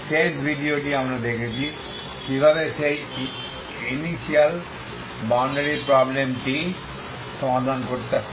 শেষ ভিডিওটি আমরা দেখেছি কিভাবে সেই ইনিশিয়াল বাউন্ডারি প্রব্লেম টি সমাধান করতে হয়